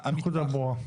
הנקודה ברורה.